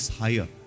higher